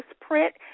print